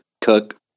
cook